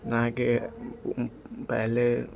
जहाँ कि पहले